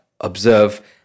observe